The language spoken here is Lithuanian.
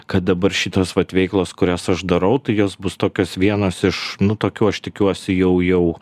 kad dabar šitos vat veiklos kurias aš darau tai jos bus tokios vienos iš nu tokių aš tikiuosi jau jau